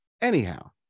anyhow